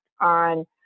on